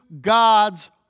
God's